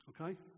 Okay